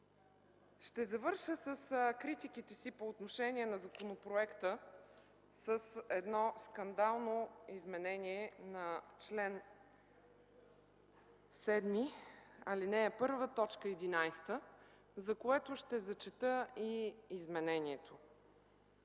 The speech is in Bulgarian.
Ще завърша с критиките си по отношение на законопроекта с едно скандално изменение на чл. 7, ал. 1, т. 11, за което ще прочета и изменението.